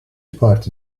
parti